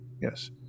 Yes